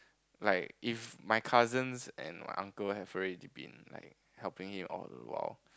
like if my cousins and my uncle have already been like helping him all the while